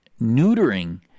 neutering